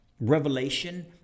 revelation